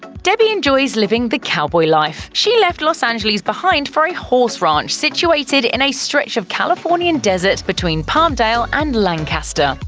debbie enjoys living the cowboy life. she left los angeles behind for a horse ranch situated in a stretch of californian desert between palmdale and lancaster.